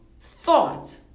thought